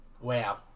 wow